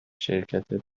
شرکت